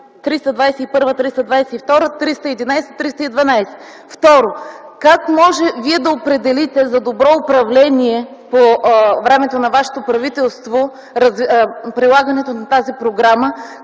от ГЕРБ.) Трето, как може Вие да определите за добро управление по времето на вашето правителство прилагането на тази програма,